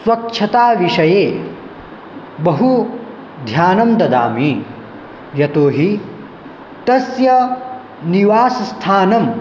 स्वच्छताविषये बहु ध्यानं ददामि यतोहि तस्य निवासस्थानम्